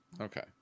Okay